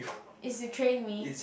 is you train me